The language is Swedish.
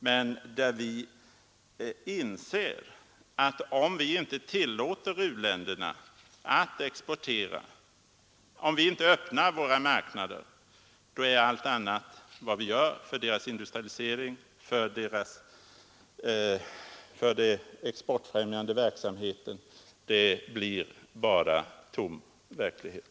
Vi måste inse att om vi inte tillåter u-länderna att exportera, om vi inte öppnar våra marknader, blir allt annat som vi gör för deras industrialisering och för den exportfrämjande verksamheten bara tom verklighet.